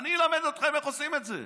אני אלמד אתכם איך עושים את זה.